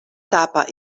tapa